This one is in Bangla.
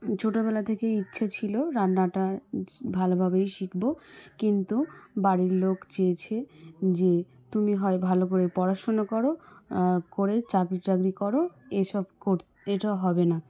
ছোটোবেলা থেকেই ইচ্ছে ছিলো রান্নাটা ভালোভাবেই শিখবো কিন্তু বাড়ির লোক চেয়েছে যে তুমি হয় ভালো করে পড়াশোনা করো করে চাকরি টাকরি করো এই সব করতে এটা হবে না